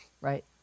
Right